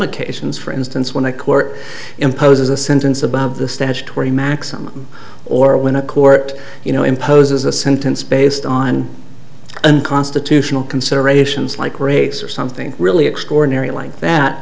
occasions for instance when a court imposes a sentence above the statutory maximum or when a court you know imposes a sentence based on unconstitutional considerations like race or something really extraordinary l